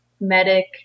medic